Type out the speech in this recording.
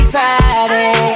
Friday